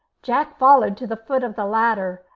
jack followed to the foot of the ladder,